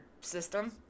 system